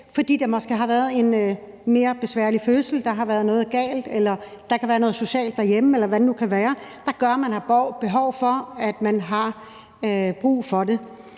fordi det måske har været en mere besværlig fødsel eller der har været noget galt. Der kan være noget socialt derhjemme, eller hvad det nu kan være, der gør, at man har behov for det og har brug for det.